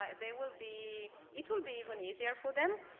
ah they will be it will be even easier for them.